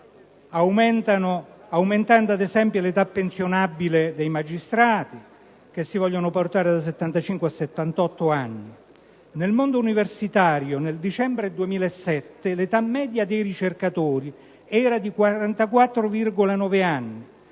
aumentando ad esempio l'età pensionabile dei magistrati, che si vuole portare da 75 a 78 anni. Nel mondo universitario, nel dicembre del 2007, l'età media dei ricercatori era di 44,9 anni,